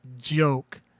joke